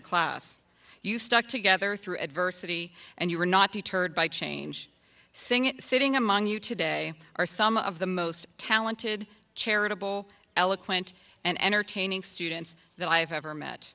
a class you stuck together through adversity and you are not deterred by change sing it sitting among you today are some of the most talented charitable eloquent and entertaining students that i have ever met